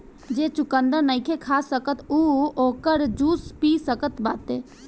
जे चुकंदर नईखे खा सकत उ ओकर जूस पी सकत बाटे